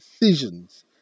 decisions